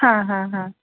हां हां हां